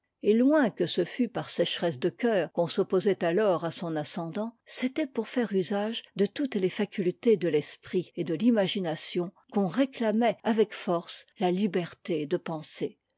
et loin que ce fût par sécheresse de cœur qu'on s'opposait alors à son ascendant c'était pour faire usage de toutes les facultés de l'esprit et de l'imagination qu'on réclamait avec force la liberté de penser